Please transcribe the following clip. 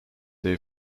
they